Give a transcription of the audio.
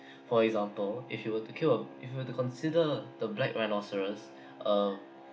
for example if you were to kill a if you were to consider the black rhinoceros a